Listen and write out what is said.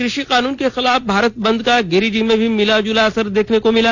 कृषि कानुन के खिलाफ आयोजित भारत बंद का गिरिडीह में भी मिलाजुला असर देखने को मिला